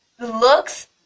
looks